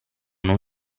non